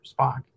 Spock